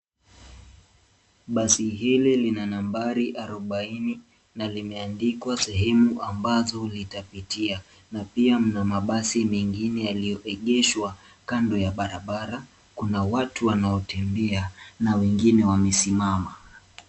Basi hili lina nambari arubaini na limeandikwa sehemu ambazo litapitia na pia mna mabasi mengine yaliyoegeshwa. Kando ya barabara kuna watu wanaotembea na wengine wamesimama.